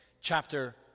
chapter